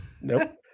Nope